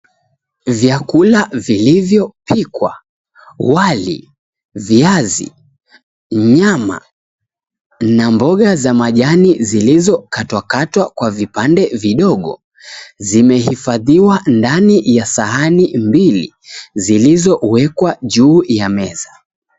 Vyakula vilivyopikwa; wali, viazi, nyama na mboga za majani zilizokatwakatwa kwa vipande vidogo zimehifadhiwa ndani ya sahani mbili zilizowekwa juu ya meza.